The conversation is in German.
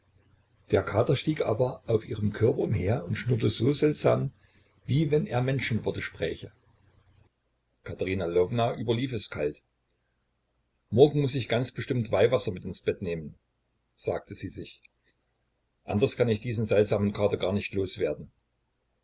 der kater stieg aber auf ihrem körper umher und schnurrte so seltsam wie wenn er menschenworte spräche katerina lwowna überlief es kalt morgen muß ich ganz bestimmt weihwasser mit ins bett nehmen sagt sie sich anders kann ich diesen seltsamen kater gar nicht